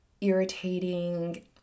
irritating